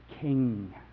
king